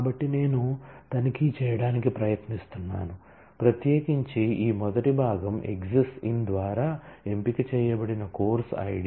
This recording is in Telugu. కాబట్టి నేను తనిఖీ చేయడానికి ప్రయత్నిస్తున్నాను ప్రత్యేకించి ఈ మొదటి భాగం ఎక్సిస్ట్స్ ఇన్ అనేది కీవర్డ్ ఇక్కడ